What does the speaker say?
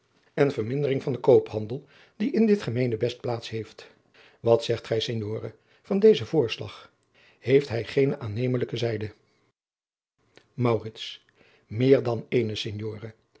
en vermindering van den koophandel die in dit gemeenebest plaats heeft wat zegt gij signore van dezen voorslag heeft hij geene aannemelijke zijde maurits meer dan